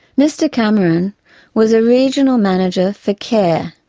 mr cameron was a regional manager for care.